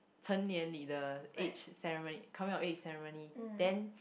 成年里 age ceremony coming of age ceremony then